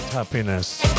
happiness